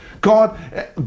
God